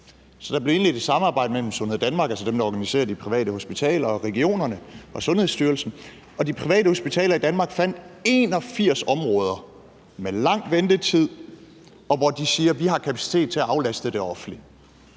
Så der blev indledt et samarbejde mellem Sundhed Danmark, altså dem, der organiserer de private hospitaler, og regionerne og Sundhedsstyrelsen, og de private hospitaler i Danmark fandt 81 områder med lang ventetid, hvor de siger, at de har kapacitet til at aflaste det offentlige.